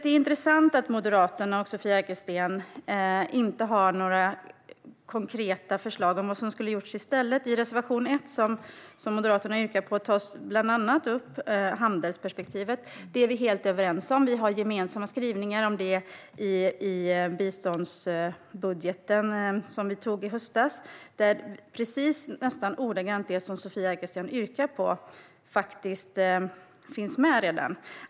Det är intressant att Moderaterna och Sofia Arkelsten inte har några konkreta förslag om vad som skulle ha gjorts i stället. I reservation 1, som Moderaterna yrkar bifall till, tas bland annat handelsperspektivet upp. Det är vi helt överens om. Vi har gemensamma skrivningar i biståndsbudgeten som vi antog i höstas. Nästan ordagrant det som Sofia Arkelsten yrkar bifall till finns redan med.